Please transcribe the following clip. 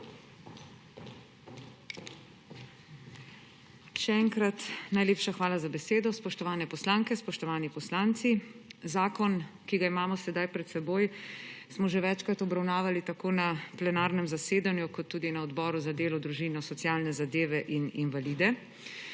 Še enkrat najlepša hvala za besedo. Spoštovane poslanke, spoštovani poslanci! Zakon, ki ga imamo sedaj pred seboj, smo že večkrat obravnavali tako na plenarnem zasedanju kot tudi na Odboru za delo, družino, socialne zadeve in invalide.